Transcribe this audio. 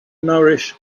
nourish